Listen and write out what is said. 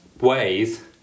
ways